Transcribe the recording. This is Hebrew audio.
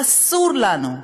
אסור לנו,